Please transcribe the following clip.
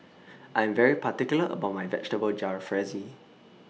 I'm very particular about My Vegetable Jalfrezi